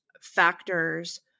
factors